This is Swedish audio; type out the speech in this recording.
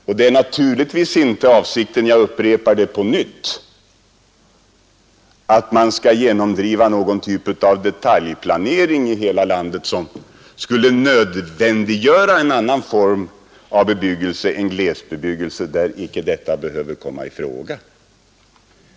Avsikten är naturligtvis inte — jag upprepar det på nytt — att man skall genomdriva någon typ av detaljplanering i hela landet, som skulle nödvändiggöra en annan form av bebyggelse än glesbebyggelse, där detta inte behöver komma i fråga.